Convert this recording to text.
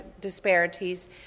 disparities